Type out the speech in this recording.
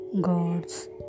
gods